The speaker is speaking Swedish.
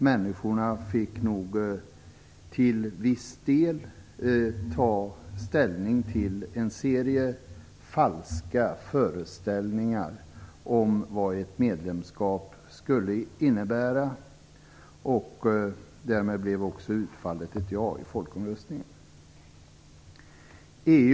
Människorna fick nog till viss del ta ställning till en serie falska föreställningar om vad ett medlemskap skulle innebära. Därmed blev också utfallet i folkomröstningen ett ja.